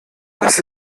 das